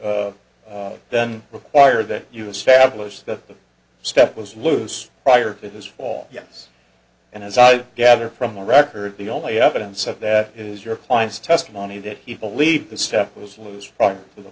would then require that you establish that the step was loose prior to his fall yes and as i gather from the record the only evidence of that is your client's testimony that he believed the step was lose from t